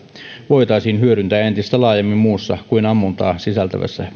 voitaisiin hyödyntää entistä laajemmin muussa kuin ammuntaa sisältävässä